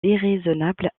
déraisonnable